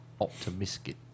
optimistic